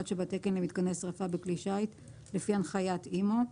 שבתקן למיתקני שריפה בכלי שיט לפי הנחיית אימ"ו.